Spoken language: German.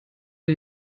den